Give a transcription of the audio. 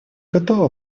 готова